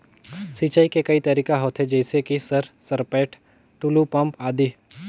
सिंचाई के कई तरीका होथे? जैसे कि सर सरपैट, टुलु पंप, आदि?